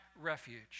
refuge